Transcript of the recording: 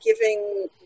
giving